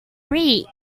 reap